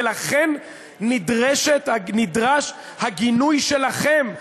ולכן נדרש הגינוי שלכם.